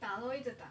打 lor 一直打